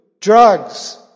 drugs